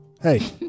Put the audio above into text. hey